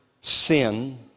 sin